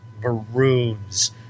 maroons